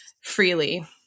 freely